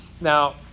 Now